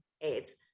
AIDS